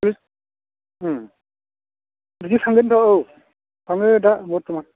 बिदि थांगोनथ' औ थाङो दा बर्थमान